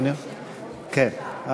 כן.